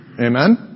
Amen